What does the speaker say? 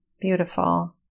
Beautiful